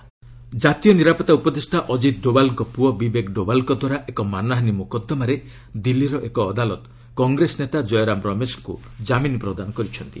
court କୟରାମ bail ଜାତୀୟ ନିରାପତ୍ତା ଉପଦେଷ୍ଟା ଅଜିତ ଡୋବାଲଙ୍କ ପୁଅ ବିବେକ ଡୋବାଲଙ୍କ ଦ୍ୱାରା ଏକ ମାନହାନୀ ମୋକଦ୍ଦମାରେ ଦିଲ୍ଲୀର ଏକ ଅଦାଲତ କଂଗ୍ରେସ ନେତା କୟରାମ ରମେଶଙ୍କ ଜାମିନ୍ ପ୍ରଦନା କରିଛନ୍ତି